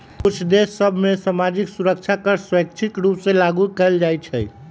कुछ देश सभ में सामाजिक सुरक्षा कर स्वैच्छिक रूप से लागू कएल जाइ छइ